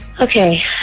Okay